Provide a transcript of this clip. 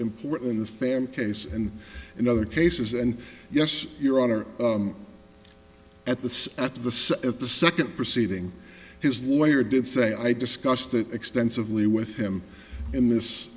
important in the fan case and in other cases and yes your honor at the at the so at the second proceeding his lawyer did say i discussed it extensively with him in this